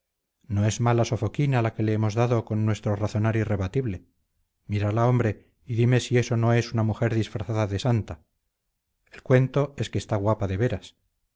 no es mala sofoquina la que le hemos dado con nuestro razonar irrebatible mírala hombre y dime si eso no es una mujer disfrazada de santa el cuento es que está guapa de veras